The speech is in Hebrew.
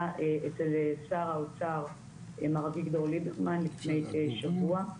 אצל שר האוצר מר אביגדור ליברמן לפני שבוע,